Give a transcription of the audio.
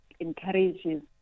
encourages